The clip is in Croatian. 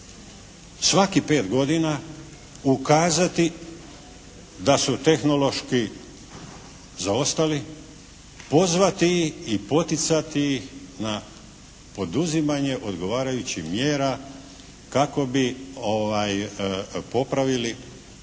svakih 5 godina ukazati da su tehnološki zaostali, pozvati ih i poticati ih na poduzimanje odgovarajućih mjera kako bi popravili